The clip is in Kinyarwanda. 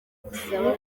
gusaba